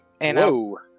Whoa